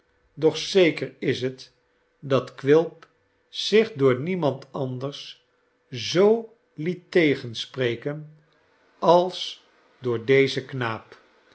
doch zeker is het dat quilp zich door niemand anders zoo liet tegenspreken als door dezen knaap